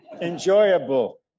Enjoyable